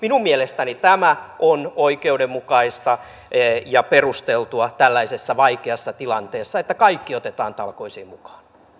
minun mielestäni tämä on oikeudenmukaista ja perusteltua tällaisessa vaikeassa tilanteessa että kaikki otetaan talkoisiin mukaan